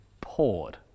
poured